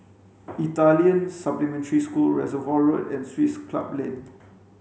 Italian Supplementary School Reservoir Road and Swiss Club Lane